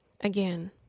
Again